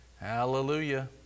Hallelujah